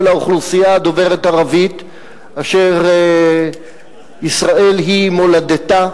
האוכלוסייה דוברת הערבית אשר ישראל היא מולדתה,